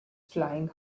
flying